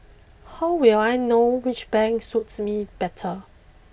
how will I know which bank suits me better